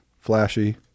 Flashy